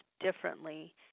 differently